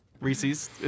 Reese's